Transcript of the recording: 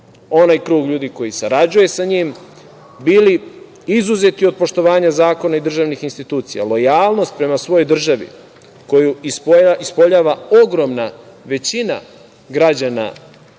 onaj krug ljudikoji sarađuje sa njim, bili izuzeti od poštovanja zakona i državnih institucija. Lojalnost prema svojoj državi koju ispoljava ogromna većina građana